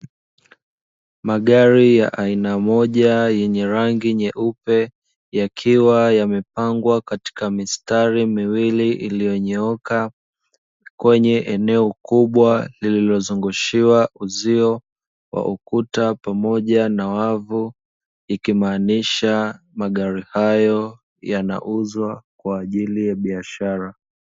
Magari ya aina moja yenye rangi nyeupe, yakiwa yamepangwaa katika mistari miwili ilinyooka, kwenye eneo kubwa lililozungushiwa uzio wa ukuta na wavu. Magari hayo yanauzwa kwa ajili ya biashara.